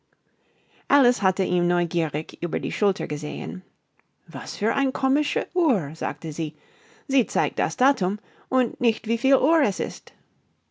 alice hatte ihm neugierig über die schulter gesehen was für eine komische uhr sagte sie sie zeigt das datum und nicht wie viel uhr es ist